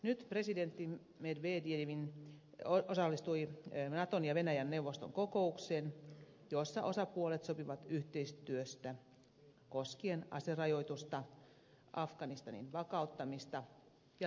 nyt presidentti medvedev osallistui naton ja venäjän neuvoston ko koukseen jossa osapuolet sopivat yhteistyöstä koskien aserajoitusta afganistanin vakauttamista ja terrorismin torjuntaa